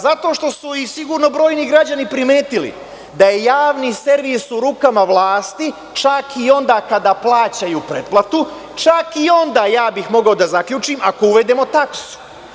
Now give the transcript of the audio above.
Zato što su sigurno i brojni građani primetili da je javni servis u rukama vlasti čak i onda kada plaćaju pretplatu, čak i onda, ja bih rekao da zaključim, ako uvedemo taksu.